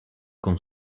con